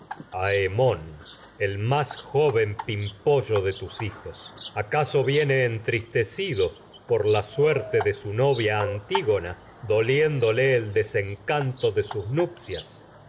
hemón el más tus joven por pimpollo de hijos acaso viene entristecido la suerte de su de sus novia antigona doliéndole el des encanto nupcias